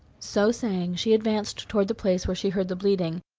so saying she advanced toward the place where she heard the bleating,